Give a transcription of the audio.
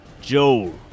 Joel